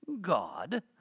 God